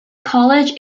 college